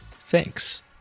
Thanks